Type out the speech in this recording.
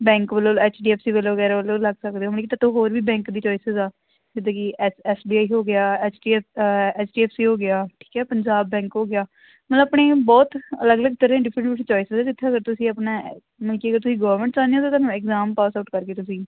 bank ਵੱਲੋਂ H D F C ਵੱਲੋਂ ਵਗੈਰਾ ਵੱਲੋਂ ਲੱਗ ਸਕਦੇ ਹੋ ਮਲ ਕਿ ਤੁਹਾਤੋ ਹੋਰ ਵੀ ਬੈਂਕ ਦੀ ਚੋਇਸਸ ਆ ਜਿੱਦਾਂ ਕਿ ਐਸ ਐਸ ਬੀ ਆਈ ਹੋ ਗਿਆ ਐਚ ਡੀ ਐ ਐਚ ਡੀ ਐਫ ਸੀ ਹੋ ਗਿਆ ਠੀਕ ਹੈ ਪੰਜਾਬ ਬੈਂਕ ਹੋ ਗਿਆ ਮਲ ਆਪਣੇ ਬਹੁਤ ਅਲੱਗ ਅਲੱਗ ਤਰ੍ਹਾਂ ਦੇ ਡਿਫਰੈਂਟ ਡਿਫਰੈਂਟ ਚੁਆਇਸਸ ਹੈ ਜਿੱਥੇ ਤੁਸੀਂ ਆਪਣਾ ਮਲ ਕਿ ਅਗਰ ਤੁਸੀਂ ਗੋਰਮੈਂਟ ਚਾਹੁੰਦੇ ਹੋ ਤਾਂ ਤੁਹਾਨੂੰ ਇਗਜਾਮ ਪਾਸ ਆਊਟ ਕਰਕੇ ਤੁਸੀਂ